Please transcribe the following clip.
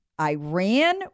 Iran